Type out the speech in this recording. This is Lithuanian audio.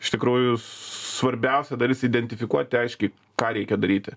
iš tikrųjų svarbiausia dalis identifikuoti aiškiai ką reikia daryti